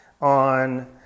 on